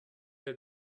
had